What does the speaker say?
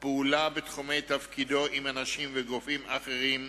פעולה בתחומי תפקידו עם אנשים וגופים אחרים,